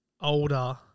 older